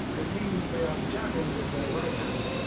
it means that they are jabbing with their right hand.